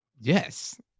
Yes